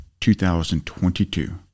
2022